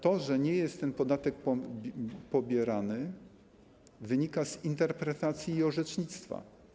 To, że nie jest ten podatek pobierany, wynika z interpretacji i orzecznictwa.